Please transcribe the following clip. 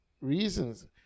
reasons